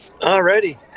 Alrighty